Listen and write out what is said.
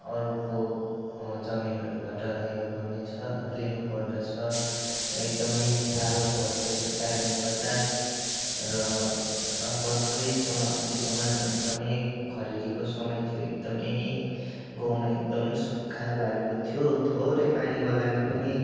अरूको जमीनहरूबाट लिनुपर्नेछ लिनुपर्दछ एकदमै साह्रो पर्छ यसकारणले गर्दा र भर्खरैसम्म अस्तिसम्म एकदमै खडेरीको समय थियो एकदमै गाउँमा एकदम सुक्खा लागेको थियो थोरै पानीको लागि पनि